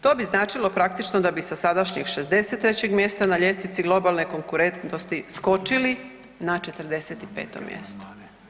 To bi značilo praktično da bi sa sadašnjeg 63 mjesta na ljestvici globalne konkurentnosti skočili za 45 mjesto.